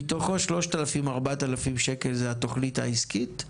מתוכו 3,000-4,000 ₪ זה התכנית העסקית,